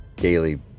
daily